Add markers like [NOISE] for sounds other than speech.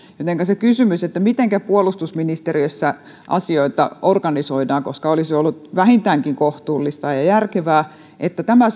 jotenka nousee kysymys mitenkä puolustusministeriössä asioita organisoidaan koska olisi ollut vähintäänkin kohtuullista ja ja järkevää että tämä [UNINTELLIGIBLE]